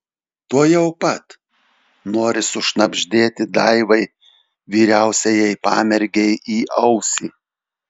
tuojau pat nori sušnabždėti daivai vyriausiajai pamergei į ausį